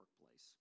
workplace